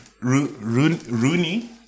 Rooney